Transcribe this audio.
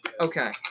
Okay